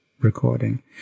recording